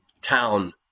town